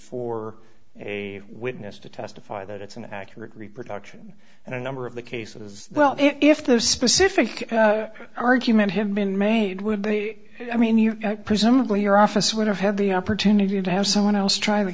for a witness to testify that it's an accurate reproduction and a number of the cases as well if those specific argument him been made would be i mean you presumably your office would have had the opportunity to have someone else